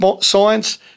science